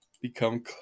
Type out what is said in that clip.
become